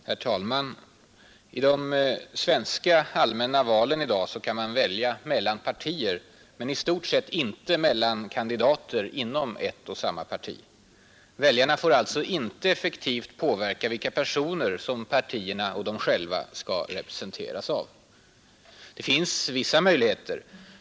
Herr talman! I de svenska allmänna valen i dag kan man välja mellan partier men i stort sett inte mellan kandidater inom ett och samma parti. Väljarna får alltså inte effektivt påverka vilka personer som partierna och de själva skall representeras av. Det finns vissa möjligheter.